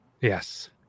Yes